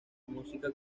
música